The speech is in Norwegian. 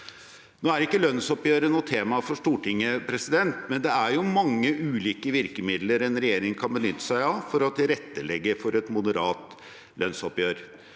Nå er ikke lønnsoppgjøret noe tema for Stortinget, men det er jo mange ulike virkemidler en regjering kan benytte seg av for å tilrettelegge for et moderat lønnsoppgjør.